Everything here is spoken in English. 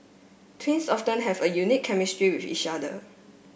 twins often have a unique chemistry with each other